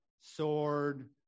sword